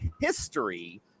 history